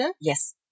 yes